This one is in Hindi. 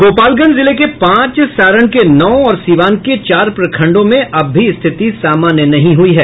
गोपालगंज जिले के पांच सारण के नौ और सीवान के चार प्रखंडों में अब भी स्थिति सामान्य नहीं हुई है